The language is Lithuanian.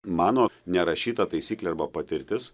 mano nerašyta taisyklė arba patirtis